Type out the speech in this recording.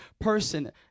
person